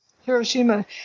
Hiroshima